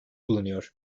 bulunuyor